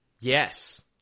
Yes